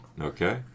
Okay